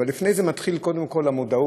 אבל לפני זה מתחילה קודם כול המודעות,